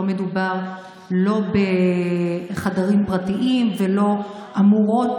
לא מדובר בחדרים פרטיים ולא אמורות